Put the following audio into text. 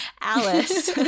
Alice